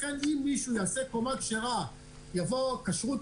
לכן אם מישהו יעשה קומה כשרה ותהיה כשרות